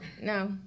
no